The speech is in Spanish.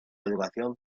educación